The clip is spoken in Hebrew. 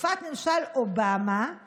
בתקופת ממשל אובאמה.